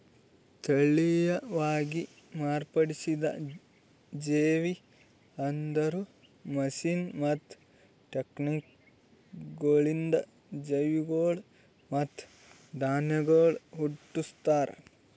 ತಳಿಯವಾಗಿ ಮಾರ್ಪಡಿಸಿದ ಜೇವಿ ಅಂದುರ್ ಮಷೀನ್ ಮತ್ತ ಟೆಕ್ನಿಕಗೊಳಿಂದ್ ಜೀವಿಗೊಳ್ ಮತ್ತ ಧಾನ್ಯಗೊಳ್ ಹುಟ್ಟುಸ್ತಾರ್